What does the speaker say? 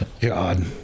God